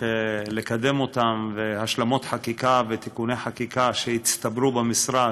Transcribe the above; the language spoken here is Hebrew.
לקדם והשלמות חקיקה ותיקוני חקיקה שהצטברו במשרד,